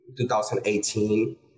2018